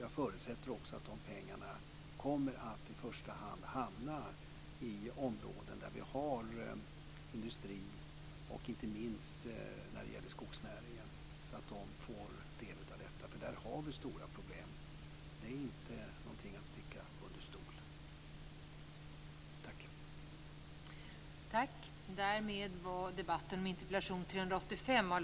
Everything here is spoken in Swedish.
Jag förutsätter att de pengarna i första hand kommer att hamna i områden där vi har industri, och inte minst skogsnäring.